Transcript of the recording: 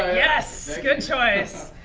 ah yes, good choice.